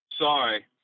sorry